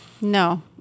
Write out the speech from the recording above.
No